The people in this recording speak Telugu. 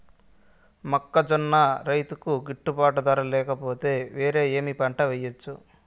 మొక్కజొన్న రైతుకు గిట్టుబాటు ధర లేక పోతే, వేరే ఏమి పంట వెయ్యొచ్చు?